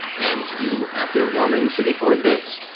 and you, after wandering the city for a bit,